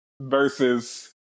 Versus